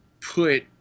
put